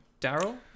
daryl